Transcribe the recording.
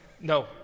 No